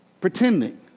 pretending